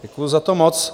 Děkuji za to moc.